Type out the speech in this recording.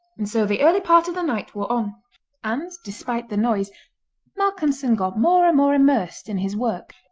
and so the early part of the night wore on and despite the noise malcolmson got more and more immersed in his work.